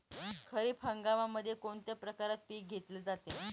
खरीप हंगामामध्ये कोणत्या प्रकारचे पीक घेतले जाते?